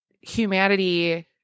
humanity